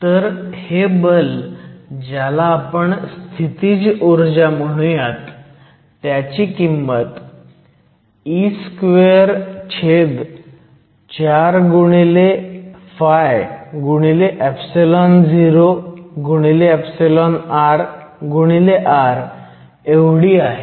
तर हे बल ज्याला आपण स्थितीज ऊर्जा म्हणूयात त्याची किंमत e24φorr एवढी आहे